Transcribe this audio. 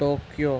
Tokyo